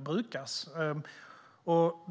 brukas.